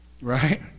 Right